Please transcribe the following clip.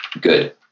good